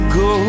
go